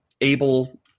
able